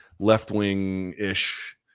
left-wing-ish